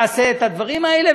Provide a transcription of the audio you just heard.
תעשה את הדברים האלה,